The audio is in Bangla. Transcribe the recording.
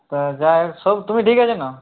যা এর সব তুমি ঠিক আছে না